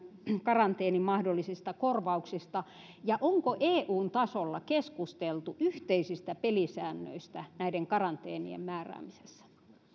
karanteenin mahdollisista korvauksista ja onko eun tasolla keskusteltu yhteisistä pelisäännöistä näiden karanteenien määräämisessä